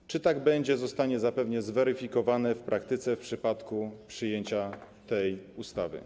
To, czy tak będzie, zostanie zapewne zweryfikowane w praktyce w przypadku przyjęcia tej ustawy.